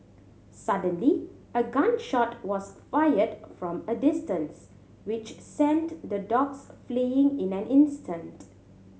suddenly a gun shot was fired from a distance which sent the dogs fleeing in an instant